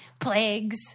plagues